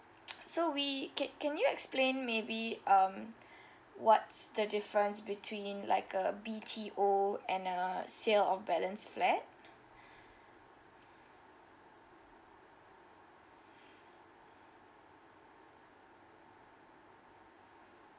so we c~ can you explain maybe um what's the difference between like a B_T_O and uh sales of balance flat